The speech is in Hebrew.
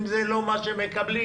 אם זה לא מה שהם מקבלים,